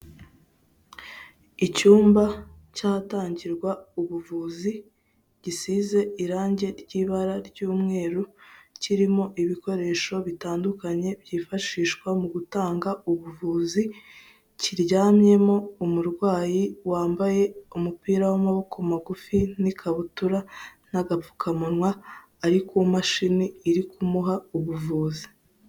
Icyumba cy'ahatangirwa ubuvuzi, gisize irangi ry'ibara ry'umweru kirimo ibikoresho bitandukanye byifashishwa mu gutanga ubuvuzi, kiryamyemo umurwayi wambaye umupira w'amaboko magufi n'ikabutura n'agapfukamunwa, ari ku mashini iri kumuha ubuvuzi.